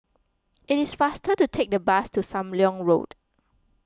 it is faster to take the bus to Sam Leong Road